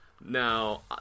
Now